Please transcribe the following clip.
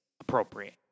appropriate